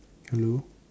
hello